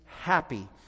happy